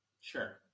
Sure